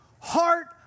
heart